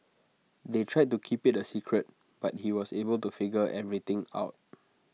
they tried to keep IT A secret but he was able to figure everything out